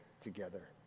together